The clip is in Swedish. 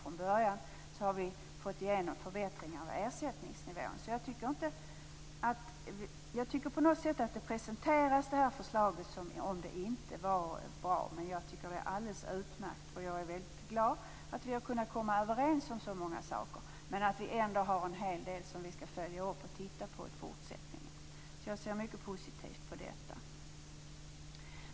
Vi har bl.a. kommit fram till förbättringar av ersättningsnivån. Jag tycker att det här förslaget presenterats som om det inte skulle vara bra, men jag tycker att det är alldeles utmärkt. Jag är väldigt glad för att vi har kunnat komma överens om så mycket, men vi skall ändå följa upp en hel del i fortsättningen. Jag ser mycket positivt på det.